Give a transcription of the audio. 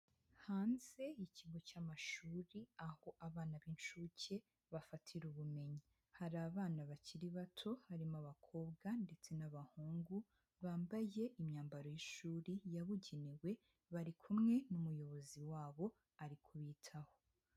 Hanze y'ikigo cy'amashuri, aho abana b'incuke bafatira ubumenyi, hari abana bakiri bato harimo abakobwa ndetse n'abahungu bambaye imyambaro y'ishuri yabugenewe, bari kumwe n'umuyobozi wabo ari kubitaho.